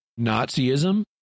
Nazism